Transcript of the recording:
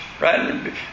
right